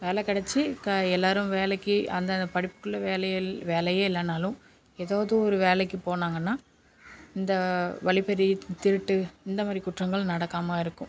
வேலை கிடைத்து எல்லோரும் வேலைக்கு அந்தந்த படிப்புக்குள்ள வேலையே இல்லைனாலும் ஏதாவது ஒரு வேலைக்கு போனாங்கன்னால் இந்த வழிப்பறி திருட்டு இந்த மாதிரி குற்றங்கள் நடக்காமல் இருக்கும்